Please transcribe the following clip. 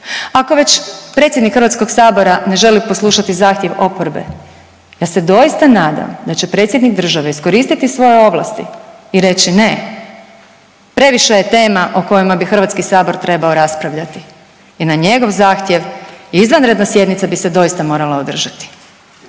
ako već predsjednik Hrvatskog sabora ne želi poslušati zahtjev oporbe ja se doista nadam da će predsjednik države iskoristiti svoje ovlasti i reći ne, previše je tema o kojima bi Hrvatski sabor trebao raspravljati i na njegov zahtjev izvanredna sjednica bi se doista morala održati.